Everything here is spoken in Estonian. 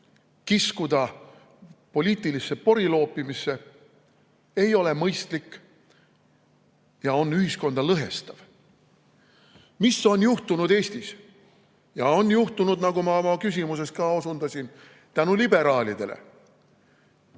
kiskuda poliitilisse poriloopimisse ei ole mõistlik. See on ühiskonda lõhestav, mis ongi juhtunud Eestis. Ja on juhtunud, nagu ma oma küsimuses ka osundasin, tänu liberaalidele. Eesti